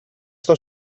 sto